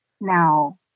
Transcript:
Now